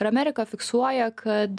ir amerika fiksuoja kad